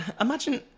Imagine